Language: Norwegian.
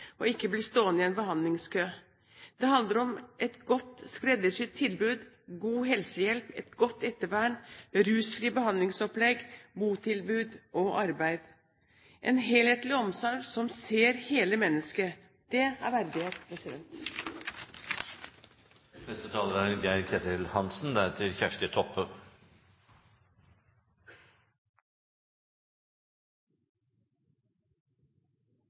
og ikke blir stående i en behandlingskø. Det handler om et godt, skreddersydd tilbud, god helsehjelp, et godt ettervern, rusfrie behandlingsopplegg, botilbud og arbeid. En helhetlig omsorg som ser hele mennesket – det er